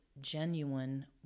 genuine